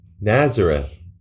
Nazareth